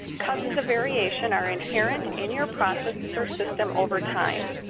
causes of variation are inherent in your process or system over time.